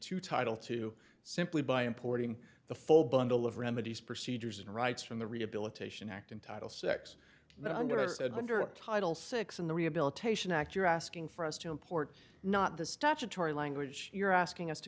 to title to simply by importing the full bundle of remedies procedures and rights from the rehabilitation act in title six that i'm going to said under title six in the rehabilitation act you're asking for us to import not the statutory language you're asking us to